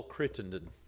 Crittenden